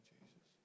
Jesus